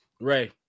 Ray